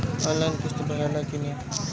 Online किस्त भराला कि ना?